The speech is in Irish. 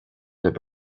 libh